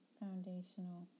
foundational